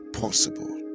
possible